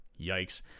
Yikes